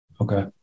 Okay